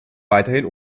weiterhin